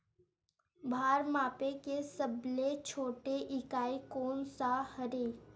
भार मापे के सबले छोटे इकाई कोन सा हरे?